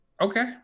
Okay